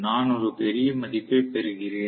நான் ஒரு பெரிய மதிப்பைப் பெறுகிறேன்